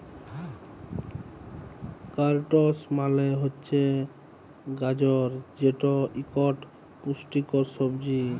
carrots মালে হছে গাজর যেট ইকট পুষ্টিকর সবজি